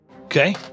Okay